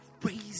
crazy